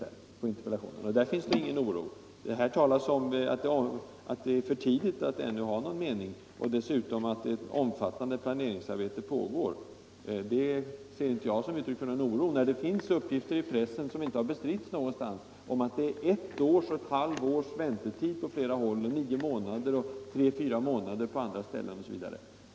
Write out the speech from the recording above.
Där finns ingen oro uttryckt, utan där talas det bara om att det är för tidigt att ännu ha någon mening och att dessutom ett omfattande planeringsarbete pågår. Detta ser jag inte såsom uttryck för oro, när det finns uppgifter i pressen — som inte har bestritts någonstans — Om att det är ett halvt eller ett års väntetid på flera håll, och en väntetid på nio månader eller tre fyra månader på andra ställen, osv.